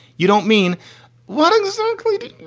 you don't mean what exactly.